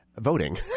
voting